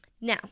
Now